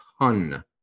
ton